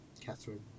Catherine